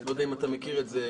אני לא יודע אם אתה מכיר את זה,